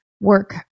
work